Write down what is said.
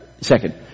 Second